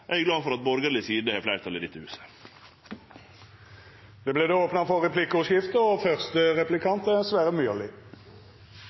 Eg er glad for at borgarleg side har fleirtal i dette huset. Det vert replikkordskifte.